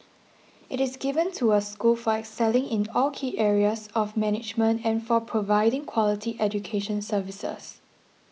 it is given to a school for excelling in all key areas of management and for providing quality education services